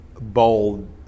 bold